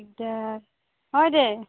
এতিয়া হয় দে